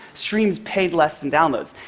steams paid less than downloads.